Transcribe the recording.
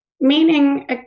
Meaning